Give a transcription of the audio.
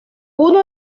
uno